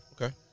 Okay